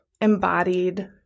embodied